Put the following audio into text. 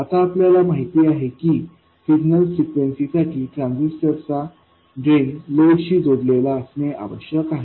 आता आपल्याला माहित आहे की सिग्नल फ्रिक्वेन्सीसाठी ट्रान्झिस्टर चा ड्रेन लोड शी जोडलेला असणे आवश्यक आहे